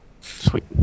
Sweet